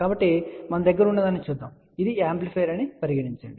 కాబట్టి మన దగ్గర ఉన్నదాన్ని చూద్దాం ఇది యాంప్లిఫైయర్ అని పరిగణించండి